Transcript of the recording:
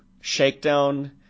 Shakedown